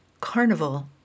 carnival